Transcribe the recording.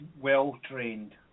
well-trained